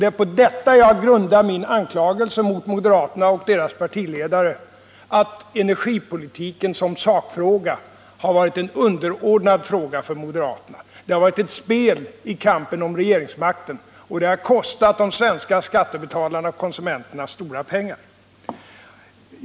Det är på detta jag grundar min anklagelse mot moderaterna och deras partiledare att energipolitiken som sakfråga har varit en underordnad fråga för moderaterna. Det har varit ett spel i kampen om regeringsmakten, och det har kostat de svenska skattebetalarna och konsumenterna stora pengar.